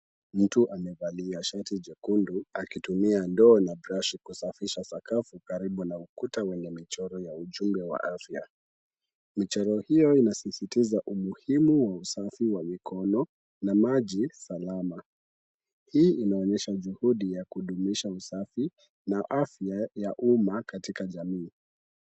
Mtu amevalia shati jekundu akitumia ndoo na brashi kusafisha sakafu karibu na ukuta wenye ujumbe wa afya. Michoro hiyo inasisitiza umuhimu wa usafi wa mikono na maju salama. Hii inaonyesha juhudi ya kudumisha usafi na afya ya umma katika jamii.